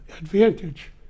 advantage